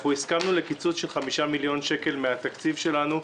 אנחנו הסכמנו לקיצוץ של 5 מיליון שקל מהתקציב שלנו.